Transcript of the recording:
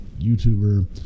youtuber